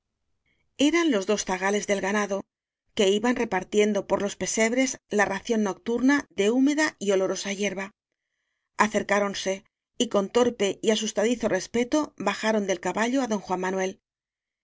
eran los dos zagales del ganado que iban repartiendo por los pesebres la ración noc turna de húmeda y olorosa hierba acercá ronse y con torpe y asustadizo respeto baja ron del caballo á don juan manuel